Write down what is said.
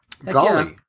Golly